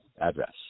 address